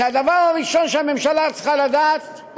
שהדבר הראשון שהממשלה צריכה לדעת,